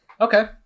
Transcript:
Okay